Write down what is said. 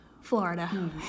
Florida